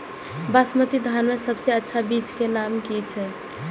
बासमती धान के सबसे अच्छा बीज के नाम की छे?